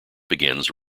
begins